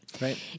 Right